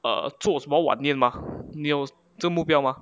err 做什么晚宴吗你有这目标吗